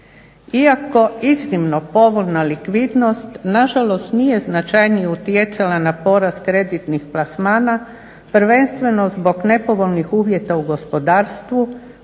Iako, iznimno povoljna likvidnost nažalost nije značajnije utjecala na porast kreditnih plasmana, prvenstveno zbog nepovoljnih uvjeta u gospodarstvu,